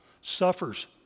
suffers